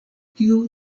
tio